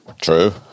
true